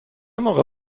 موقع